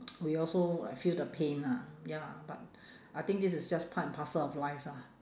we also like feel the pain ah ya but I think this is just part and parcel of life lah